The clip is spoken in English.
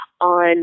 on